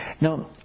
Now